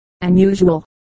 unusual